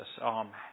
Amen